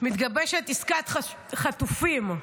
מתגבשת עסקת חטופים.